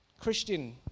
Christian